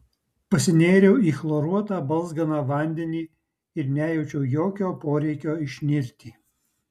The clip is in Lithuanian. pasinėriau į chloruotą balzganą vandenį ir nejaučiau jokio poreikio išnirti